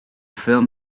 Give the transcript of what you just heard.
film